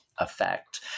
effect